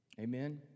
Amen